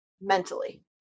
mentally